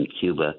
Cuba